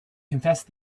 confessed